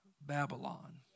Babylon